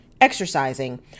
exercising